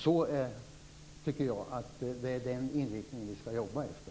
Det är den inriktning jag tycker att vi skall jobba efter.